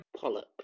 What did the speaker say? polyp